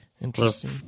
Interesting